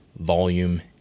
volume